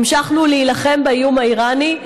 המשכנו להילחם באיום האיראני,